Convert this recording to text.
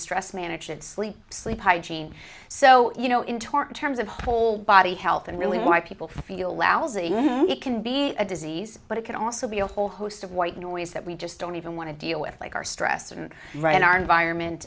stress management sleep sleep hygiene so you know in terms of whole body health and really why people feel lousy it can be a disease but it can also be a whole host of white noise that we just don't even want to deal with like our stress and right in our